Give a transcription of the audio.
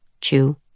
chew